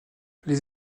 les